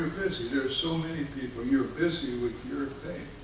you're busy. there's so many people. you're busy with your thing,